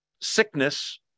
sickness